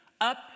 up